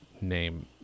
name